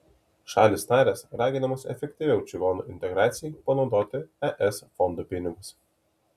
šalys narės raginamos efektyviau čigonų integracijai panaudoti es fondų pinigus